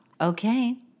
Okay